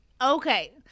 Okay